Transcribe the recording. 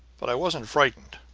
but i wasn't frightened.